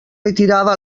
retirava